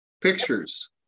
pictures